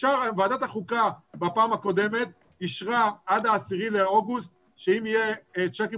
ועדת החוקה בפעם הקודמת אישרה עד ה-10 באוגוסט שאם יהיו צ'קים